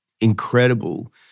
incredible